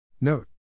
Note